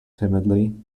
timidly